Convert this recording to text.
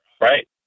right